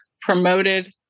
promoted